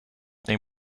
they